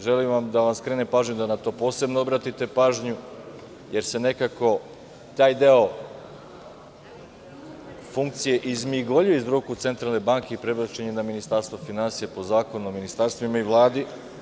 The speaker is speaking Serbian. Želim da vam skrenem pažnju da na to posebno obratite pažnju, jer se nekako taj deo funkcije izmigoljio iz ruku Centralne banke i prebačen je na Ministarstvo finansija, po Zakonu o ministarstvima i Vladi.